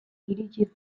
iritsi